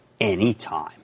anytime